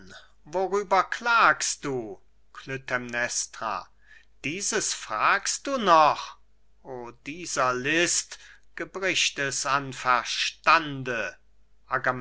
worüber klagst du klytämnestra dieses fragst du noch o dieser list gebricht es